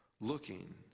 looking